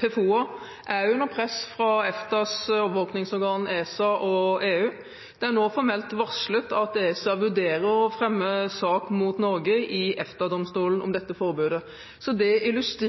PFOA er under press fra EFTAs overvåkingsorgan ESA og fra EU. Det er nå formelt varslet at ESA vurderer å fremme sak mot Norge i EFTA-domstolen om dette forbudet, noe som illustrerer